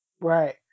Right